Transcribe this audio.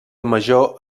major